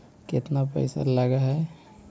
केतना पैसा लगय है?